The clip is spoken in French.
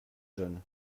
jeunes